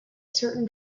certain